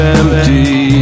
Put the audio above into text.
empty